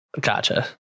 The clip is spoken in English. Gotcha